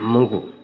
ଆମକୁ